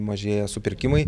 mažėja supirkimai